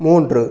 மூன்று